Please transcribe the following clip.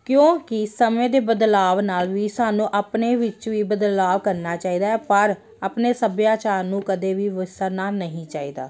ਕਿਉਂਕਿ ਸਮੇਂ ਦੇ ਬਦਲਾਵ ਨਾਲ ਵੀ ਸਾਨੂੰ ਆਪਣੇ ਵਿੱਚ ਵੀ ਬਦਲਾਅ ਕਰਨਾ ਚਾਹੀਦਾ ਪਰ ਆਪਣੇ ਸੱਭਿਆਚਾਰ ਨੂੰ ਕਦੇ ਵੀ ਵਿਸਾਰਨਾ ਨਹੀਂ ਚਾਹੀਦਾ